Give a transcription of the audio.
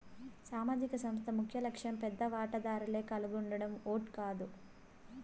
సామాజిక సంస్థ ముఖ్యలక్ష్యం పెద్ద వాటాదారులే కలిగుండడం ఓట్ కాదు